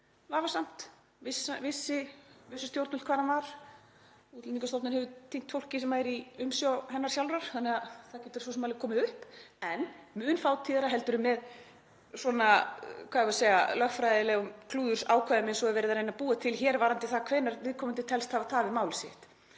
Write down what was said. vafasamt — vissu stjórnvöld hvar hann var? Útlendingastofnun hefur týnt fólki sem er í umsjá hennar sjálfrar þannig að það getur svo sem alveg komið upp, en mun fátíðara en með svona, hvað á að segja, lögfræðilegum klúðurákvæðum eins og verið er að reyna að búa til hér varðandi það hvenær viðkomandi telst hafa tafið mál sitt.